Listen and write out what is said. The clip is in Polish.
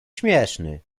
śmieszny